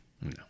No